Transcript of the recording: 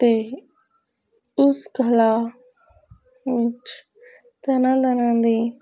ਅਤੇ ਉਸ ਕਲਾ ਵਿੱਚ ਤਰ੍ਹਾਂ ਤਰ੍ਹਾਂ ਦੇ